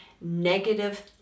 negative